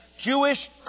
Jewish